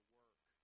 work